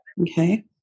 Okay